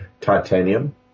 titanium